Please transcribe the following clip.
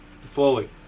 Slowly